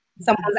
someone's